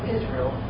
Israel